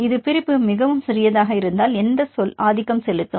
இது பிரிப்பு மிகவும் சிறியதாக இருந்தால் எந்த சொல் ஆதிக்கம் செலுத்தும்